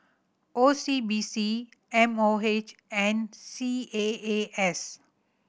O C B C M O H and C A A S